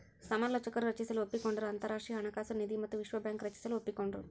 ಸಮಾಲೋಚಕರು ರಚಿಸಲು ಒಪ್ಪಿಕೊಂಡರು ಅಂತರಾಷ್ಟ್ರೀಯ ಹಣಕಾಸು ನಿಧಿ ಮತ್ತು ವಿಶ್ವ ಬ್ಯಾಂಕ್ ರಚಿಸಲು ಒಪ್ಪಿಕೊಂಡ್ರು